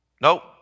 nope